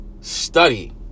study